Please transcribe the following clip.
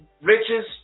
riches